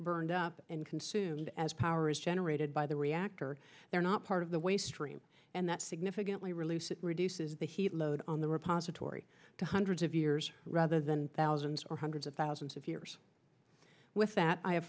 burned up and consumed as power is generated by the reactor they're not part of the waste stream and that significantly reduce reduces the heat load on the repository to hundreds of years rather than thousands or hundreds of thousands of years with that i have